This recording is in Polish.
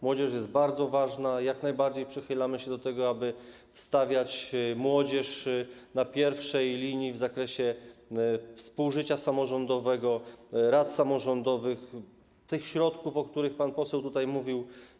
Młodzież jest bardzo ważna, jak najbardziej przychylamy się do tego, aby ustawiać młodzież na pierwszej linii w zakresie współżycia samorządowego, rad samorządowych, tych środków, o których pan poseł tutaj mówił.